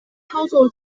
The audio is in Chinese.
操作